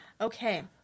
Okay